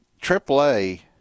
Triple-A